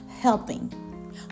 helping